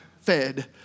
fed